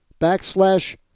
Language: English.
backslash